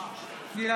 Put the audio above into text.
נוכח שלמה קרעי, בעד